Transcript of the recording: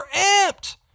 amped